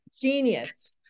Genius